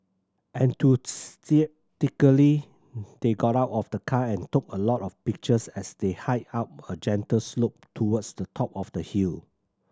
enthusiastically they got out of the car and took a lot of pictures as they hiked up a gentle slope towards the top of the hill